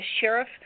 sheriff